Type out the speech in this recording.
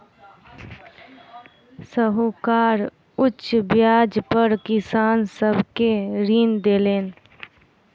साहूकार उच्च ब्याज पर किसान सब के ऋण देलैन